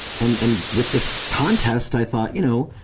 and and with this contest, i thought you know,